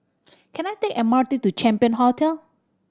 can I take M R T to Champion Hotel